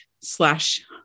slash